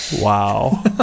Wow